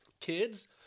kids